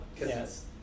Yes